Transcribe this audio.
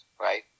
right